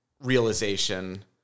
realization